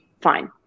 fine